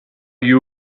you